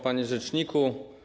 Panie Rzeczniku!